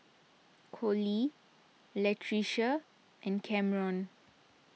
Colie Latricia and Cameron